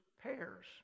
pairs